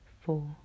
four